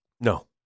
No